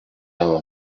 дал